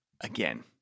again